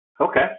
Okay